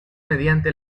mediante